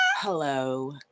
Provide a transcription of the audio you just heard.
Hello